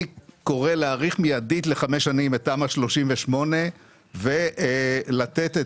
אני קורא להאריך מיידית לחמש שנים את תמ"א 38 ולתת את